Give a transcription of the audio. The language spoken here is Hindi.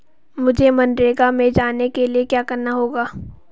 मुझे मनरेगा में जाने के लिए क्या करना होगा?